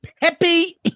Peppy